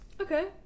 Okay